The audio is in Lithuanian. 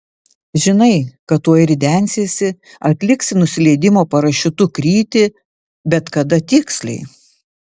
žinai kad tuoj ridensiesi atliksi nusileidimo parašiutu krytį bet kada tiksliai